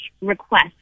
request